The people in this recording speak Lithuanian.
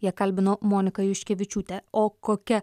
ją kalbino monika juškevičiūtė o kokia